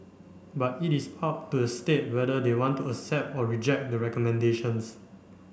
but it is up to the state whether they want to accept or reject the recommendations